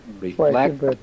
reflect